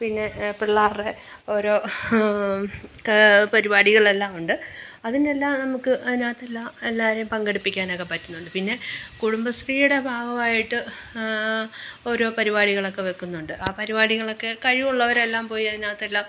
പിന്നെ പിള്ളേരുടെ ഓരോ ക് പരിപാടികളെല്ലാം ഉണ്ട് അതിനെല്ലാം നമുക്ക് അതിനകത്തെല്ലാം എല്ലാവരേം പങ്കെടുപ്പിക്കാനൊക്കെ പറ്റുന്നുണ്ട് പിന്നെ കുടുംബ ശ്രീയുടെ ഭാഗമായിട്ട് ഒരോ പരിപാടികളൊക്കെ വെക്കുന്നുണ്ട് ആ പരിപാടികളൊക്കെ കഴിവുള്ളവരെല്ലാം പോയി അതിനകത്തെല്ലാം